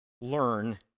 learn